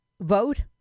vote